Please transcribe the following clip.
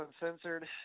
Uncensored